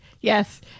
Yes